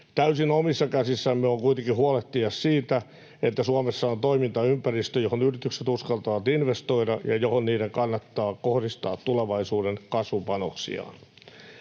Täysin omissa käsissämme on kuitenkin huolehtia siitä, että Suomessa on toimintaympäristö, johon yritykset uskaltavat investoida ja johon niiden kannattaa kohdistaa tulevaisuuden kasvupanoksiaan.